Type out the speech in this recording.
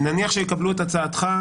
נניח שיקבלו את הצעתך,